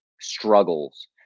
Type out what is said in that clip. struggles